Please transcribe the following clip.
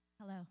Hello